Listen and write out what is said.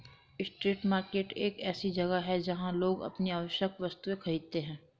street market एक ऐसी जगह है जहां लोग अपनी आवश्यक वस्तुएं खरीदते हैं